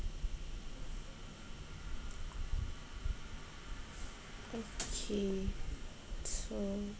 okay so